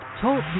Talk